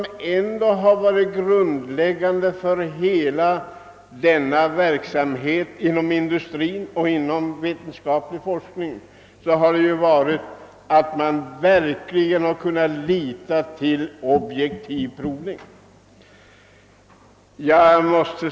Men det grundläggande för hela denna verksamhet inom industrin och för den vetenskapliga forskningen har varit att man kunnat lita på att provningarna varit objektiva.